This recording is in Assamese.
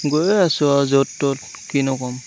গৈয়ে আছো আও য'ত ত'ত কিনো ক'ম